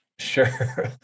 Sure